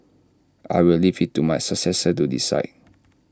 I will leave IT to my successor to decide